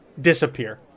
disappear